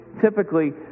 typically